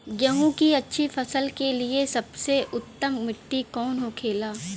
गेहूँ की अच्छी फसल के लिए सबसे उत्तम मिट्टी कौन होखे ला?